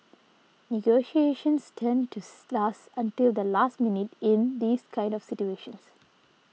negotiations tend tooth last until the last minute in these kind of situations